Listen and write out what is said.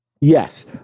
Yes